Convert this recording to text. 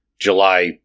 July